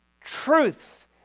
truth